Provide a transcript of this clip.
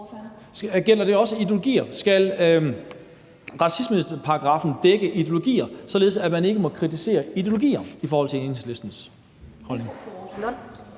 Gælder det også ideologier? Skal racismeparagraffen dække ideologier, således at man ikke må kritisere ideologier ifølge Enhedslisten? Kl.